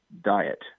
diet